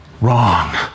wrong